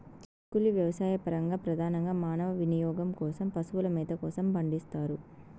చిక్కుళ్ళు వ్యవసాయపరంగా, ప్రధానంగా మానవ వినియోగం కోసం, పశువుల మేత కోసం పండిస్తారు